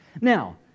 Now